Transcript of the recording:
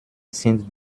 sind